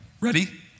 Ready